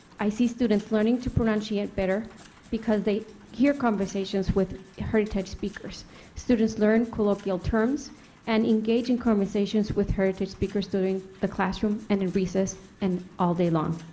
i see students learning to pronunciate better because they hear conversations with heritage speakers students learn colloquial terms and engage in conversations with heritage speakers in the classroom, and and recess and all day long.